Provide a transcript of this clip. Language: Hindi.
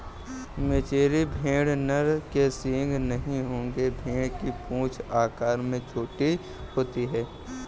मेचेरी भेड़ नर के सींग नहीं होंगे भेड़ की पूंछ आकार में छोटी होती है